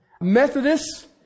Methodists